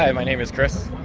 ah my name is chris.